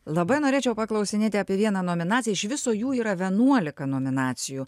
labai norėčiau paklausinėti apie vieną nominaciją iš viso jų yra vienuolika nominacijų